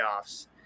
playoffs